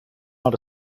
not